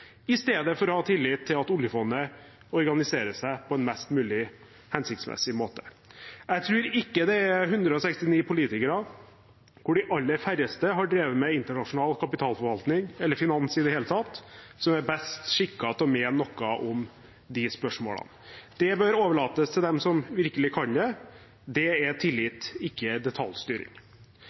i stedet for å ha tillit til at oljefondet organiserer seg på en mest mulig hensiktsmessig måte. Jeg tror ikke det er 169 politikere, hvorav de aller færreste har drevet med internasjonal kapitalforvaltning eller finans i det hele tatt, som er best skikket til å mene noe om disse spørsmålene. Det bør overlates til dem som virkelig kan det. Det er tillit, ikke detaljstyring.